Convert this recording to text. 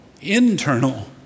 internal